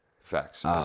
Facts